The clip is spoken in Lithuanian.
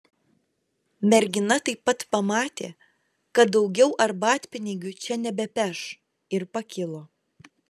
mergina taip pat pamatė kad daugiau arbatpinigių čia nebepeš ir pakilo